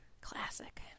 Classic